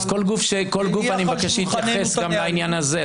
אז כל גוף אני מבקש שיתייחס גם לעניין הזה,